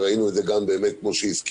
וראינו את זה גם באמת, כמו שהזכירו,